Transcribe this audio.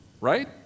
right